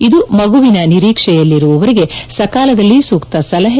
ಇದು ಮಗುವಿನ ನಿರೀಕ್ಷೆಯಲ್ಲಿರುವವರಿಗೆ ಸಕಾಲದಲ್ಲಿ ಸೂಕ್ತ ಸಲಹೆ